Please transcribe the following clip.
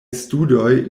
studoj